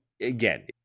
again